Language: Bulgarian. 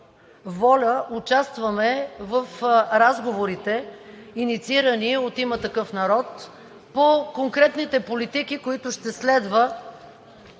воля участваме в разговорите, инициирани от „Има такъв народ“, по конкретните политики, които ще следва